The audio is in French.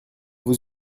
vous